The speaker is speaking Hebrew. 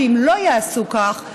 ואם לא יעשו כך,